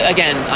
Again